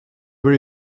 were